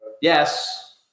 Yes